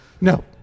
No